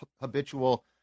habitual –